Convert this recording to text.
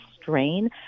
strain